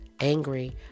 angry